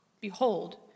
Behold